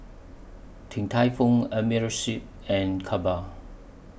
Din Tai Fung Amerisleep and Kappa